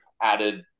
added